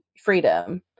freedom